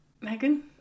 Megan